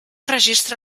registra